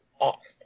off